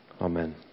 Amen